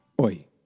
Oi